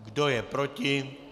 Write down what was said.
Kdo je proti?